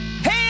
Hey